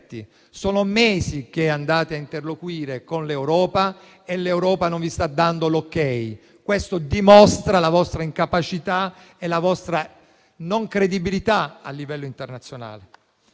Sono mesi che andate a interloquire con l’Europa e l’Europa non vi sta dando l’autorizzazione. Questo dimostra la vostra incapacità e la vostra non credibilità a livello internazionale.